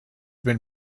been